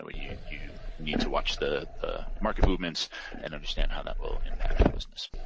ah you you need to watch the the market movements and understand how that will impact your business.